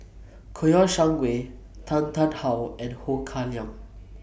Kouo Shang Wei Tan Tarn How and Ho Kah Leong